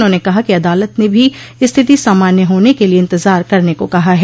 उन्होंने कहा कि अदालत ने भी स्थिति सामान्य होने के लिए इंतजार करने को कहा है